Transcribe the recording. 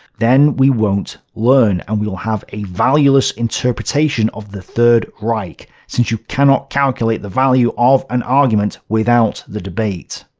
then we won't learn, and we will have a valueless interpretation of the third reich, since you cannot calculate the value of an argument without the debate.